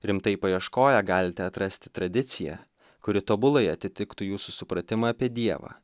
rimtai paieškoję galite atrasti tradiciją kuri tobulai atitiktų jūsų supratimą apie dievą